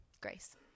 grace